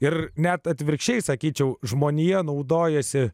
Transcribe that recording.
ir net atvirkščiai sakyčiau žmonija naudojasi